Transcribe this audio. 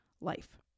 life